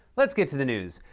let's get to the news.